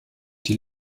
die